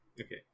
Okay